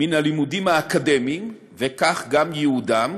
מהלימודים האקדמיים וכך גם ייעודם,